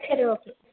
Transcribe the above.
சரி ஓகே